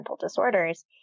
disorders